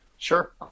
Sure